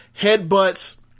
headbutts